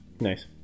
nice